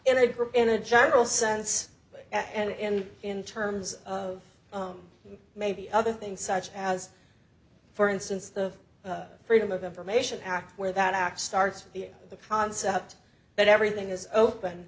group in a general sense and in terms of maybe other things such as for instance the freedom of information act where that act starts with the concept that everything is open